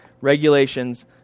regulations